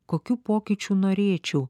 kokių pokyčių norėčiau